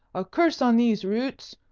a curse on these roots.